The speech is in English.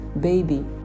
baby